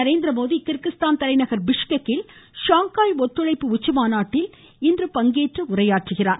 Narendra Modi Kyrgyzstan தலைநகர் Bishkek kill Shanghai ஒத்துழைப்பு உச்சிமாநாட்டில் இன்று பங்கேற்கிறார்